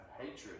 hatred